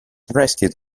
rescued